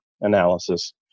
analysis